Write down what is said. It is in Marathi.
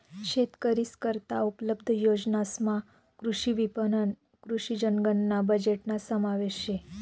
शेतकरीस करता उपलब्ध योजनासमा कृषी विपणन, कृषी जनगणना बजेटना समावेश शे